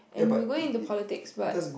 and we will go into politics but